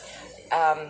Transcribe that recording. um